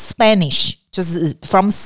Spanish，就是from